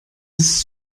ist